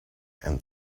and